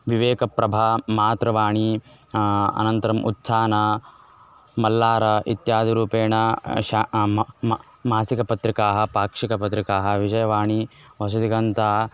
विवेकप्रभा मातृवाणी अनन्तरम् उत्थान मल्लार इत्यादि रूपेण शा म म मासिकपत्रिकाः पाक्षिकपत्रिकाः विजयवाणी होसदिगन्त